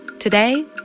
Today